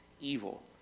evil